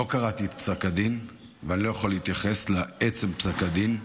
לא קראתי את פסק הדין ואני לא יכול להתייחס לעצם פסק הדין,